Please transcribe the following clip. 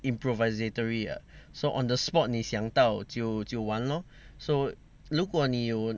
improvisatory so on the spot 你想到就就玩 lor so 如果你有